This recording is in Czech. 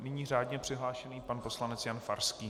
Nyní řádně přihlášený pan poslanec Jan Farský.